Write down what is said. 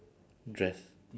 dress